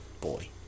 boy